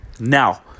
Now